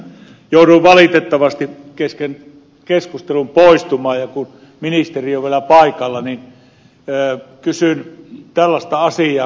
jouduin valitettavasti kesken keskustelun poistumaan mutta kun ministeri on vielä paikalla niin kysyn tällaista asiaa